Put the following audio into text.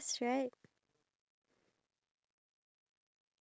okay lah then me also ah play safe ah